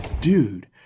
Dude